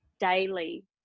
daily